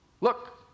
look